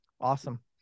Awesome